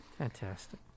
Fantastic